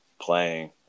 playing